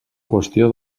qüestió